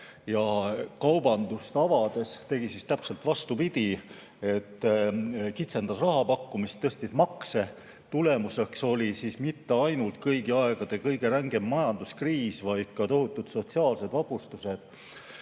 ja kaubandust avades, tegi täpselt vastupidi: kitsendas raha pakkumist, tõstis makse. Tulemuseks oli mitte ainult kõigi aegade kõige rängem majanduskriis, vaid ka tohutud sotsiaalsed vapustused.